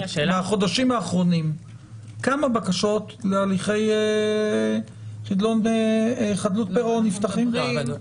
מהחודשים האחרונים כמה בקשות להליכי חדלות פירעון נפתחים כאן?